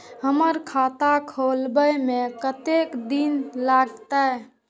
हमर खाता खोले में कतेक दिन लगते?